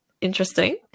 interesting